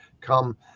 come